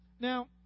Now